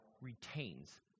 retains